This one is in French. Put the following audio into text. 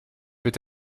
peut